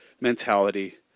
mentality